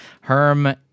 Herm